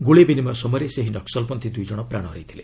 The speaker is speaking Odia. ଗୁଳି ବିନିମୟ ସମୟରେ ସେହି ନକ୍ୱଲପନ୍ଥୀ ଦୁଇ ଜଣ ପ୍ରାଣ ହରାଇଥିଲେ